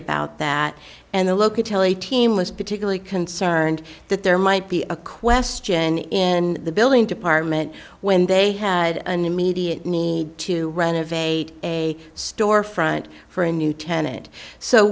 about that and the local team was particularly concerned that there might be a question in the building department when they had an immediate need to renovate a storefront for a new tenant so